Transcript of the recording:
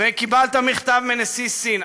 וקיבלת מכתב מנשיא סין,